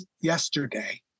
yesterday